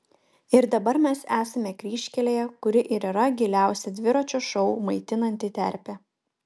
ir dabar mes esame kryžkelėje kuri ir yra giliausia dviračio šou maitinanti terpė